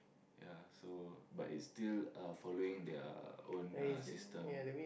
ya so but it's still uh following their own uh system